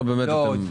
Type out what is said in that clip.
לא,